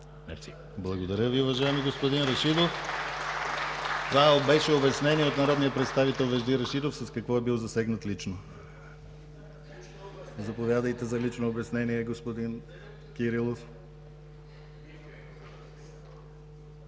Благодаря Ви, уважаеми господин Рашидов. Това беше обяснение от народния представител Вежди Рашидов с какво е бил засегнат лично. Заповядайте за лично обяснение, господин Кирилов.